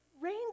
rain